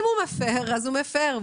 אם הוא מפר אז הוא מפר,